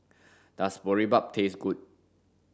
does Boribap taste good